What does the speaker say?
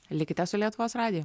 likite su lietuvos radiju